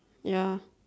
ya